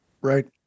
Right